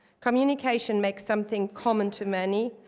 communication makes something common to many,